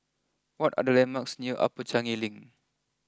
what are the landmarks near Upper Changi Link